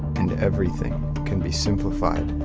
and everything can be simplified,